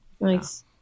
Nice